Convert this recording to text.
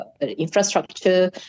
infrastructure